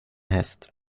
häst